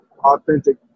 authentic